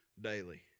daily